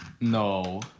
No